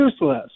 useless